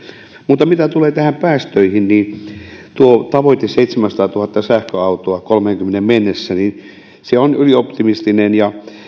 mutta mitä tulee päästöihin niin tuo tavoite seitsemänsataatuhatta sähköautoa kaksituhattakolmekymmentä mennessä on ylioptimistinen ja